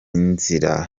nzira